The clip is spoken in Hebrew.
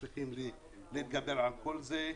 וצריכים להתגבר על כל זה.